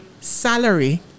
salary